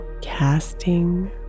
casting